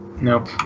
Nope